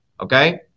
okay